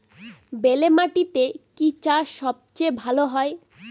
বেলে মাটিতে কি চাষ সবচেয়ে ভালো হয়?